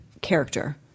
character